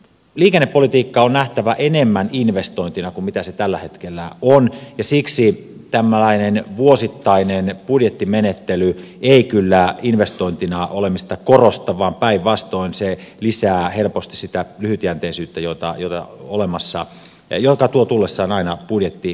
liikennepolitiikka on nähtävä enemmän investointina kuin mitä se tällä hetkellä on ja siksi tällainen vuosittainen budjettimenettely ei kyllä investointina olemista korosta vaan päinvastoin se lisää helposti sitä lyhytjänteisyyttä joka tuo tullessaan aina budjettimenettelyt